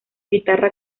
guitarra